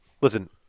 Listen